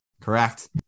Correct